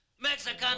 Mexican